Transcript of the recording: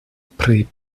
pri